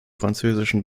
französischen